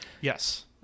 yes